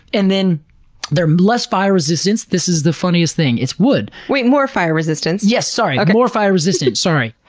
and then they're less fire-resistant, this is the funniest thing, it's wood, wait, more fire-resistant. yes, sorry, more fire-resistant, sorry.